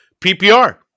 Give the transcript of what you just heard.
PPR